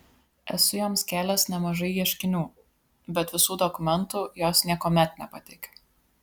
esu joms kėlęs nemažai ieškinių bet visų dokumentų jos niekuomet nepateikia